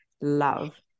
love